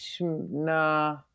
nah